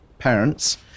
parents